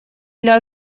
для